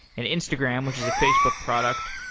and instagram, which is a facebook product,